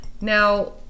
Now